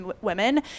women